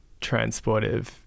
transportive